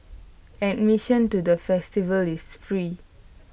admission to the festival is free